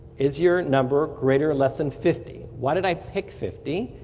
is your number greater or less than fifty. why did i pick fifty?